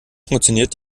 funktioniert